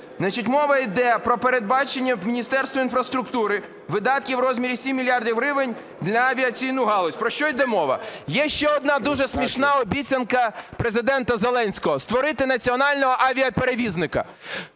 мова йде про передбачення в Міністерстві інфраструктури видатків в розмірі 7 мільярдів гривень на авіаційну галузь. Про що йде мова? Є ще одна дуже смішна обіцянка Президента Зеленського – створити національного авіаперевізника.